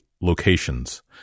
locations